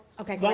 okay, go